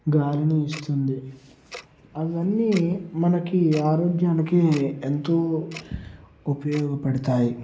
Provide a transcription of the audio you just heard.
గాలిని ఇస్తుంది అవన్నీ మనకి ఆరోగ్యానికి ఎంతో ఉపయోగపడతాయి